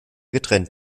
getrennt